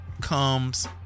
Comes